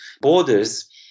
borders